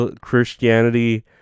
christianity